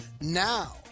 now